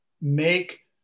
make